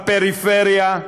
בפריפריה,